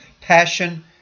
passion